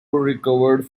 recovered